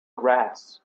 grass